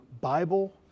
Bible